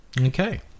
Okay